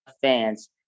fans